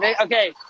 Okay